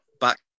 Back